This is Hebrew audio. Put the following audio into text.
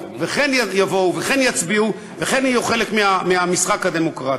וכן יצביעו וכן יהיו חלק מהמשחק הדמוקרטי.